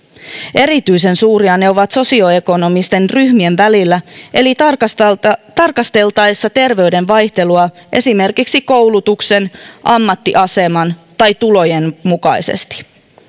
erityisen suuria ne ovat sosioekonomisten ryhmien välillä eli tarkasteltaessa tarkasteltaessa terveyden vaihtelua esimerkiksi koulutuksen ammattiaseman tai tulojen mukaisesti